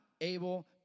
able